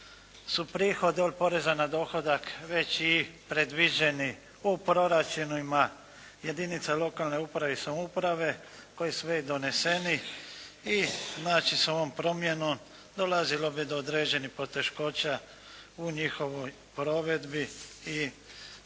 su prihodi od poreza na dohodak već i predviđeni u proračunima jedinica lokalne uprave i samouprave koji su i doneseni i znači sa ovom promjenom dolazilo bi do određenih poteškoća u njihovoj provedbi i